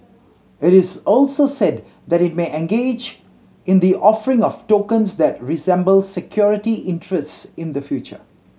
it is also said that it may engage in the offering of tokens that resemble security interests in the future